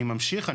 אני ממשיך.